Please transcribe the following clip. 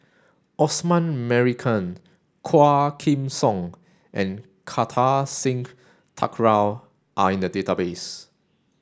Osman Merican Quah Kim Song and Kartar Singh Thakral are in the database